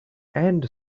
and